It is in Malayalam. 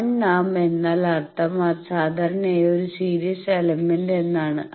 1 ആം എന്നാൽ അർത്ഥം സാധാരണയായി ഒരു സീരീസ് എലമെന്റ് എന്നാണ്